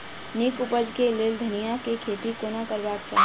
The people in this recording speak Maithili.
नीक उपज केँ लेल धनिया केँ खेती कोना करबाक चाहि?